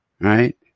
right